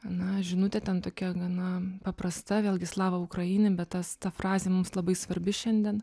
na žinutė ten tokia gana paprasta vėlgi slava ukraini bet tas ta frazė mums labai svarbi šiandien